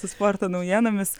su sporto naujienomis